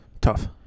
Tough